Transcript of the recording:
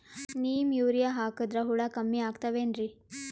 Neem urea ಹಾಕದ್ರ ಹುಳ ಕಮ್ಮಿ ಆಗತಾವೇನರಿ?